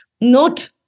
note